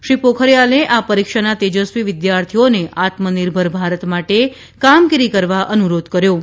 શ્રી પોખરીયાલે આ પરીક્ષાના તેજસ્વી વિદ્યાર્થીઓને આત્મનિર્ભર ભારત માટે કામગીરી કરવા અનુરોધ કર્યો છે